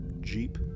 jeep